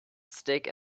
stick